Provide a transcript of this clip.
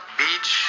beach